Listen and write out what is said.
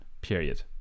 period